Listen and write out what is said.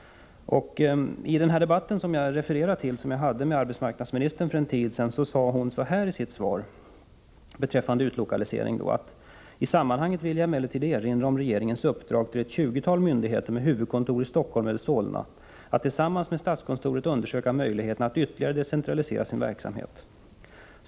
I den debatt med arbetsmarknadsministern för en tid sedan som jag nyss refererade till sade hon följande i sitt svar beträffande utlokalisering: I sammanhanget vill jag emellertid erinra om regeringens uppdrag till ett tjugotal myndigheter med huvudkontor i Stockholm eller Solna att tillsam ns med statskontoret undersöka möjligheterna att ytterligare decentralisera sin verksamhet.